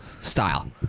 style